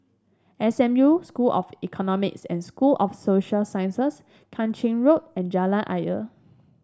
S M U School of Economics and School of Social Sciences Kang Ching Road and Jalan Ayer